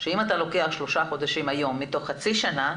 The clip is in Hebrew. שאם אתה לוקח שלושה חודשים מתוך חצי שנה,